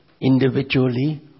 individually